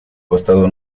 costado